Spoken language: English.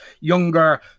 younger